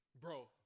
Bro